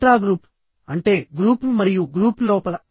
intragroup అంటే group మరియు group లోపల